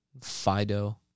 Fido